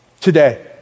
today